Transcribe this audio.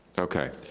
okay,